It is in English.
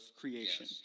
creation